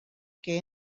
que